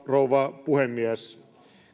rouva puhemies